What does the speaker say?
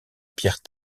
pierre